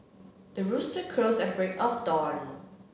the rooster crows at the break of dawn